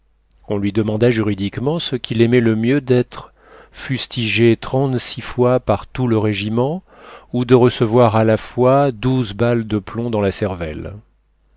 on lui demanda juridiquement ce qu'il aimait le mieux d'être fustigé trente-six fois par tout le régiment ou de recevoir à-la-fois douze balles de plomb dans la cervelle